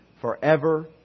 forever